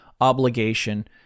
obligation